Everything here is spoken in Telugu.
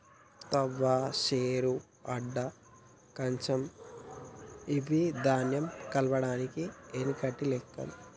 తవ్వ, శేరు, అడ్డ, కుంచం ఇవ్వని ధాన్యం కొలవడానికి ఎనకటి లెక్కలు